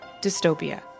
dystopia